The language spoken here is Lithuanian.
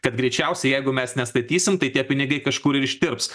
kad greičiausiai jeigu mes nestatysim tai tie pinigai kažkur ir ištirps